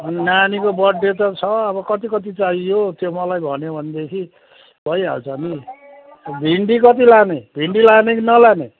नानीको बर्डडे त छ अब कति कति चाहियो त्यो मलाई भन्यो भनेदेखि भइहाल्छ नि भिन्डी कति लाने भिन्डी लाने कि नलाने